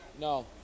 no